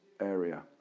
Area